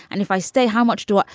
and if i stay, how much do i.